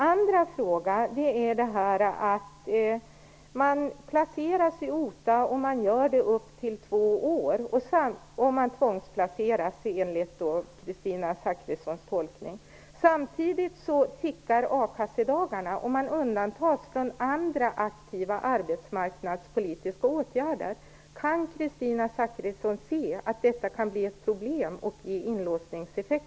Jag har ytterligare en fråga. Man placeras i OTA Zakrissons tolkning. Samtidigt tickar a-kassedagarna, och man undantas från andra aktiva arbetsmarknadspolitiska åtgärder. Kan Kristina Zakrisson se att detta kan ge inlåsningseffekter och bli ett problem?